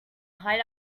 hide